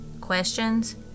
Questions